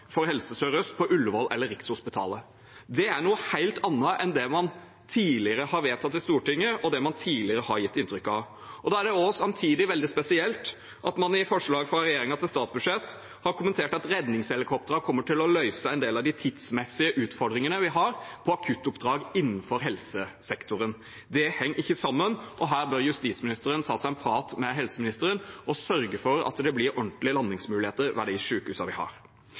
på Ullevål eller Rikshospitalet. Det er noe helt annet enn det man tidligere har vedtatt i Stortinget, og det man tidligere har gitt inntrykk av. Det er samtidig også veldig spesielt at man i forslaget fra regjeringen til statsbudsjett har kommentert at redningshelikoptrene kommer til å løse en del av de tidsmessige utfordringene vi har på akuttoppdrag innenfor helsesektoren. Det henger ikke sammen, og her bør justisministeren ta seg en prat med helseministeren og sørge for at det blir ordentlige landingsmuligheter ved de sykehusene vi har.